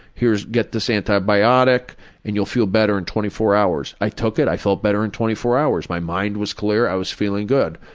here's get this antibiotic and you'll feel better in twenty four hours. i took it. i felt better in twenty four hours. my mind was clear. i was feeling good.